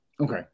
Okay